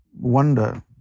wonder